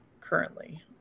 currently